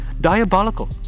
diabolical